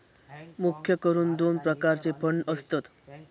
मुख्य करून दोन प्रकारचे फंड असतत